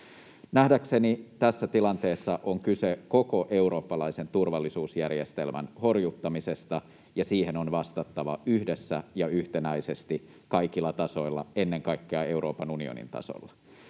Nähdäkseni tässä tilanteessa on kyse koko eurooppalaisen turvallisuusjärjestelmän horjuttamisesta, ja siihen on vastattava yhdessä ja yhtenäisesti kaikilla tasoilla, ennen kaikkea Euroopan unionin tasolla.